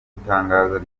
itangazo